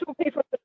people